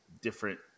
different